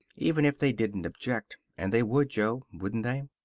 even if they didn't object. and they would, jo. wouldn't they?